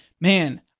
man